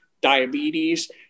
diabetes